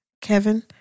Kevin